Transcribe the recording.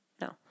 No